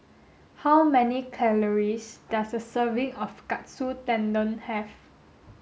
how many calories does a serving of Katsu Tendon have